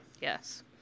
Yes